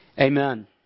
amen